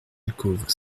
alcôve